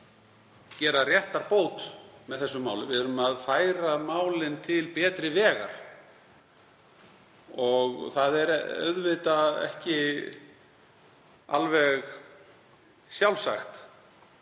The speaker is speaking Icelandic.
gera réttarbót með þessu máli. Við erum að færa mál til betri vegar. Það er auðvitað ekki alveg sjálfsagt